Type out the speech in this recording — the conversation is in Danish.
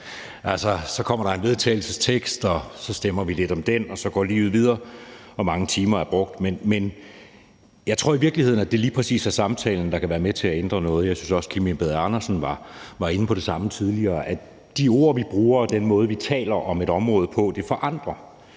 så kommer der en vedtagelsestekst, og så stemmer vi lidt om den, og så går livet videre, og mange timer er brugt. Men jeg tror i virkeligheden, at det lige præcis er samtalen, der kan være med til at ændre noget. Jeg synes også, at Kim Edberg Andersen var inde på det samme tidligere: at de ord, vi bruger, og den måde, vi taler om et område på, forandrer